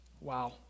Wow